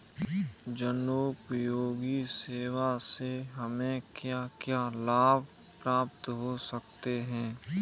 जनोपयोगी सेवा से हमें क्या क्या लाभ प्राप्त हो सकते हैं?